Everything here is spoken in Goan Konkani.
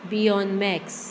बियोन मॅक्स